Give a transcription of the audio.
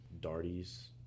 darties